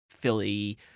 Philly